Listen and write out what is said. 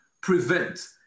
prevent